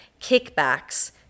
kickbacks